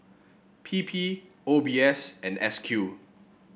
P P O B S and S Q